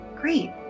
Great